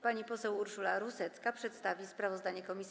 Pani poseł Urszula Rusecka przedstawi sprawozdanie komisji.